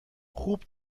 خوب